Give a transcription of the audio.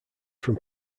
from